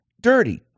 dirty